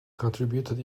contributed